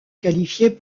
qualifiés